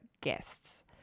guests